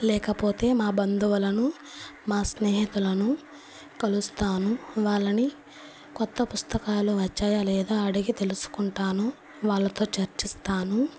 లేకపోతే మా బంధువులను మా స్నేహితులను కలుస్తాను వాళ్ళని కొత్త పుస్తకాలు వచ్చాయా లేదా అడిగి తెలుసుకుంటాను వాళ్లతో చర్చిస్తాను